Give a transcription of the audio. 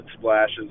splashes